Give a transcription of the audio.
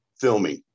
filming